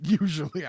Usually